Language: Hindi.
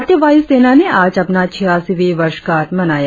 भारतीय वायुसेना ने आज अपना छियासीवीं वर्षगांठ मनाया